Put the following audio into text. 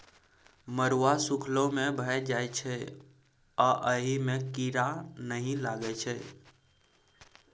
मरुआ सुखलो मे भए जाइ छै आ अहि मे कीरा नहि लगै छै